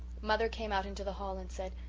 mother came out into the hall and said,